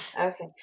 Okay